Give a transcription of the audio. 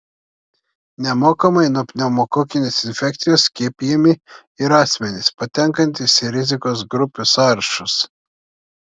nemokamai nuo pneumokokinės infekcijos skiepijami ir asmenys patenkantys į rizikos grupių sąrašus